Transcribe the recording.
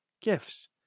gifts